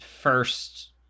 first